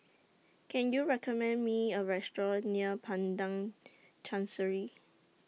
Can YOU recommend Me A Restaurant near Padang Chancery